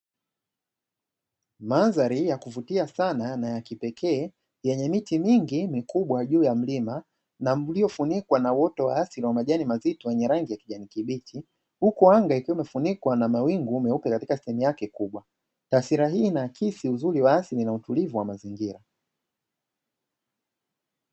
Mandhari ya kuvutia sana na ya kipekee yenye miti mingi mikubwa juu ya mlima na mto uliofunikwa na uoto wa asili wa majani mazito yenye rangi ya kijani kibichi, huku anga ikiwa imefunikwa na mawingu meupe katika sehemu yake kubwa taswira hii inaakisi uzuri wa asili na utulivu wa mazingira.